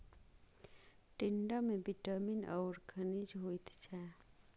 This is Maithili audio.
टिंडामे विटामिन आओर खनिज होइत छै